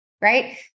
right